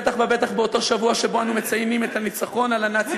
בטח ובטח באותו שבוע שבו אנו מציינים את הניצחון על הנאצים,